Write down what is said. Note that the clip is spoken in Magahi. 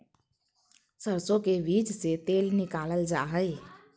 सरसो के बीज से तेल निकालल जा हई